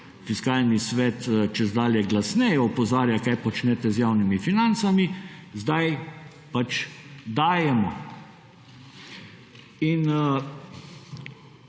Fiskalni svet čedalje glasneje opozarja, kaj počnete z javnimi financami, zdaj pač dajemo. In